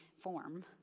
form